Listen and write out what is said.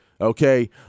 okay